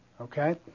Okay